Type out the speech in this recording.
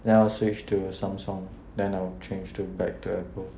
then I will switch to Samsung then I'll change to back to Apple